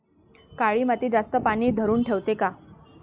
काळी माती जास्त पानी धरुन ठेवते का?